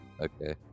Okay